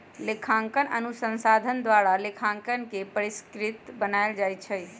लेखांकन अनुसंधान द्वारा लेखांकन के परिष्कृत बनायल जाइ छइ